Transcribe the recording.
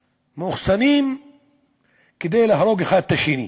שמאוחסנים כדי להרוג האחד את השני.